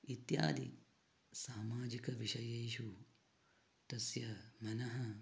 इत्यादि सामाजिकविषयेषु तस्य मनः